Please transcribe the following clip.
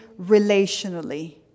relationally